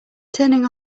turning